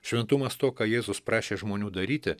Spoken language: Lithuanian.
šventumas to ką jėzus prašė žmonių daryti